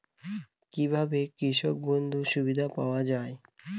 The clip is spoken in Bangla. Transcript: কি ভাবে কৃষক বন্ধুর সুবিধা পাওয়া য়ায়?